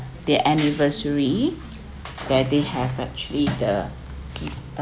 the anniversary that they have actually they are given